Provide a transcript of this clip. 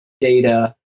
data